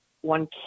one